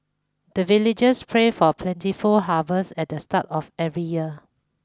the villagers pray for plentiful harvest at the start of every year